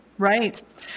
Right